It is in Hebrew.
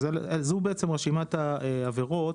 זו בעצם רשימת העבירות